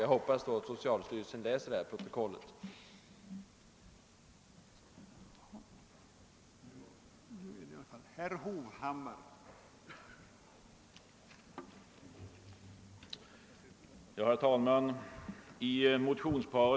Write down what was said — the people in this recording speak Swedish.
Jag hoppas att socialstyrelsen läser protokollet från denna debatt.